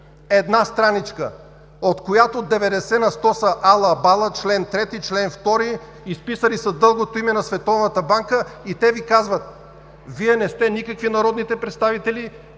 една страничка, от която 90 на 100 са ала-бала, чл. 3, чл. 2, изписали са дългото име на Световната банка и те Ви казват: Вие не сте никакви народните представители,